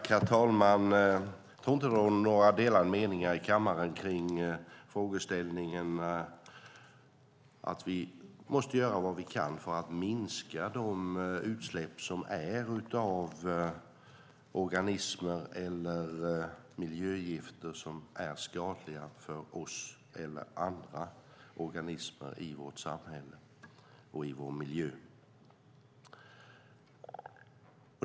Herr talman! Det råder nog inga delade meningar i kammaren om att vi måste göra vad vi kan för att minska utsläppen av organismer eller miljögifter som är skadliga för oss eller andra organismer i vårt samhälle och vår miljö.